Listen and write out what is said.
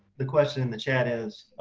the question in the chat is,